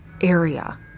area